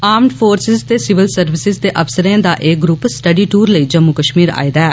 armed force ते civil services दे अफसरे दा एह ग्रुप स्टडी टूर लेई जम्मू कर्षीर आऐ दा ऐ